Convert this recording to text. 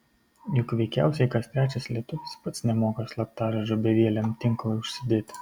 juk veikiausiai kas trečias lietuvis pats nemoka slaptažodžio bevieliam tinklui užsidėti